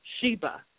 Sheba